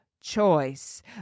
Choice